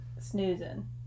snoozing